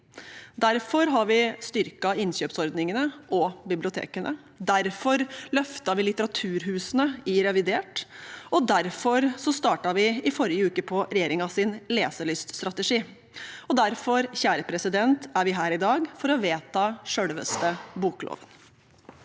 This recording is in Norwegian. Derfor har vi styrket innkjøpsordningene og bibliotekene. Derfor løftet vi litteraturhusene i revidert, og derfor startet vi i forrige uke på regjeringens leselyststrategi. Derfor er vi her i dag for å vedta selveste bokloven.